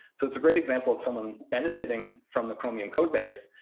so it's a great example of someone benefiting from the chromium code base,